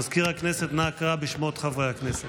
מזכיר הכנסת, אנא קרא בשמות חברי הכנסת.